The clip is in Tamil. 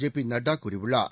ஜே பிநட்டாகூறியுள்ளார்